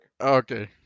okay